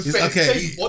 Okay